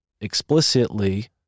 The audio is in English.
explicitly